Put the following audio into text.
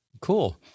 Cool